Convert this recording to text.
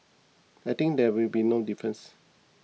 I think there will be no difference